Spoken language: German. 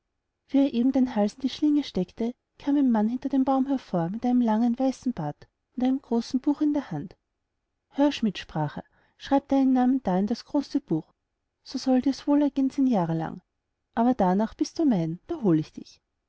eben den hals in die schlinge steckte kam ein mann hinter dem baum hervor mit einem langen weißen bart und einem großen buch in der hand hör schmidt sprach er schreib deinen namen da in das große buch so soll dirs wohlgehen zehn jahre lang aber darnach bist du mein da hol ich dich